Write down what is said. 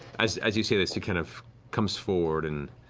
as as you say this, he kind of comes forward and